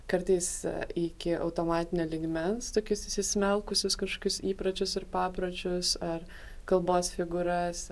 kartais iki automatinio lygmens tokius įsismelkusius kažkokius įpročius ir papročius ar kalbos figūras